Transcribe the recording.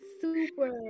super